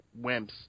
wimps